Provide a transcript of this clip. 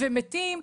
אנשים מתים.